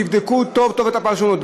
תבדקו טוב-טוב את הפרשנות.